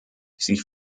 sie